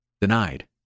Denied